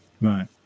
Right